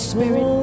Spirit